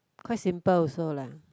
quite simple also lah